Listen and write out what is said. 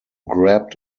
grabbed